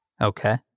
Okay